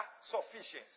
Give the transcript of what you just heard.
sufficiency